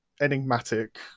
enigmatic